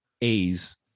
A's